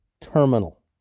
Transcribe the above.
terminal